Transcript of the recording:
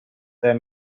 their